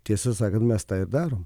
tiesą sakant mes tai darom